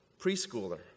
preschooler